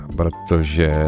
protože